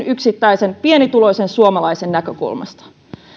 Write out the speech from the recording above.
yksittäisen pienituloisen suomalaisen näkökulmasta